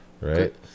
right